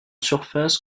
surface